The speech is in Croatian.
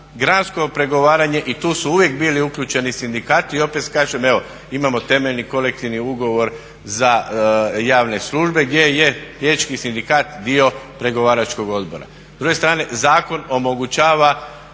gradsko pregovaranje i tu su uvijek bili uključeni sindikati. I opet kažem evo imamo temeljni kolektivni ugovor za javne službe gdje je liječnički sindikat dio pregovaračkog odbora.